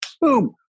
boom